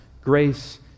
grace